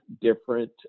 different